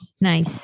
Nice